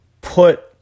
put